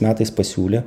metais pasiūlė